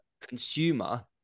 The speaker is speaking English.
consumer